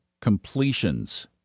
completions